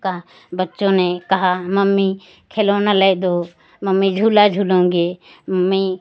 का बच्चों ने कहा मम्मी खिलौना लैय दो मम्मी झूला झूलूँगी मम्मी